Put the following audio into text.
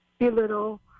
belittle